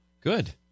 Good